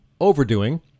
overdoing